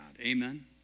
Amen